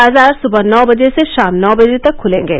बाजार सुवह नौ बजे से शाम नौ बजे तक खुलेंगे